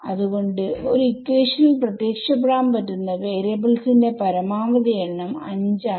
അത്കൊണ്ട് ഒരു ഇക്വേഷനിൽ പ്രത്യക്ഷപ്പെടാൻ പറ്റുന്ന വാരിയബിൾസ് ന്റെ പരമാവധി എണ്ണം 5 ആണ്